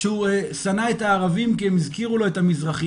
שהוא שנא את הערבים כי הם הזכירו לו את המזרחיים.